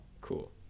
Cool